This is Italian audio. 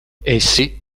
essi